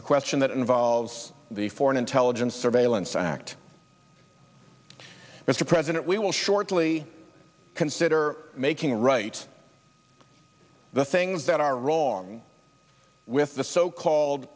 a question that involves the foreign intelligence surveillance act as the president we will shortly consider making right the things that are wrong with the so called